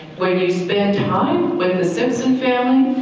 when you spend time with the simpson family,